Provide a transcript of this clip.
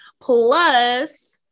Plus